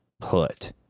put